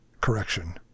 correction